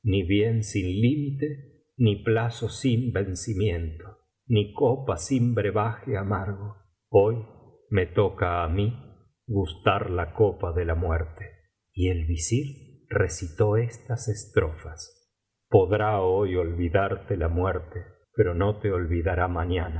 ni bien sin limite ni plazo sin vencimiento ni copa sin brebaje amargo hoy me toca á mí gustar la copa de la muerte y el visir recitó estas estrofas podrá hoy olvidarte la muerte pero no te olvidará mañana